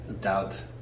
Doubt